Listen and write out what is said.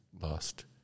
lost